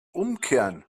umkehren